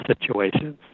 situations